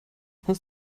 hast